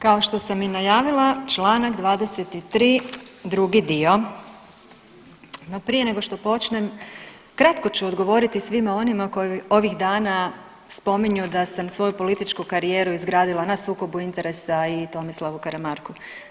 Kao što sam i najavila članak 23. drugi dio no prije nego što počnem kratko ću odgovoriti svima onima tko ovih dana spominju da sam svoju političku karijeru izgradila na sukobu interesa i Tomislavu Karamarku.